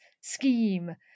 scheme